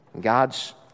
God's